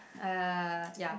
uh ya